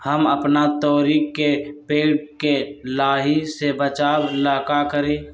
हम अपना तोरी के पेड़ के लाही से बचाव ला का करी?